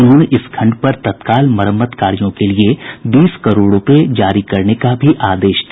उन्होंने इस खंड पर तत्काल मरम्मत कार्यों के लिए बीस करोड़ रुपये जारी करने का भी आदेश दिया